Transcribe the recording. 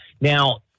Now